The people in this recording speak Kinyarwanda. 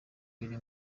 biri